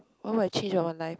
what would I change on my life